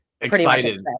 excited